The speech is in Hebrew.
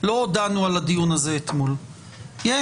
ובכל הדיונים האלה הגיעה